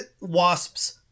wasps